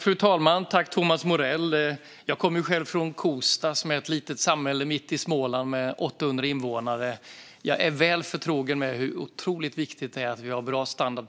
Fru talman! Jag kommer själv från Kosta, som är ett litet samhälle mitt i Småland med 800 invånare. Jag är väl förtrogen med hur viktigt det är att vägarna har bra standard.